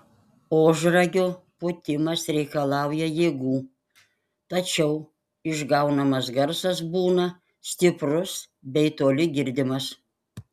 ožragio pūtimas reikalauja jėgų tačiau išgaunamas garsas būna stiprus bei toli girdimas